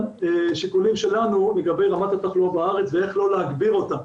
שיקולים שלנו לגבי רמת התחלואה בארץ ואיך לא להגביר אותה.